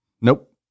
nope